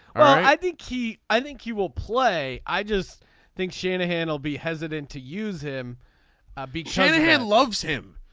ah i think key. i think you will play. i just think shanahan will be hesitant to use him ah beat shanahan loves him.